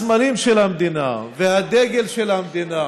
הסמלים של המדינה והדגל של המדינה